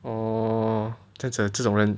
orh 这样子这种人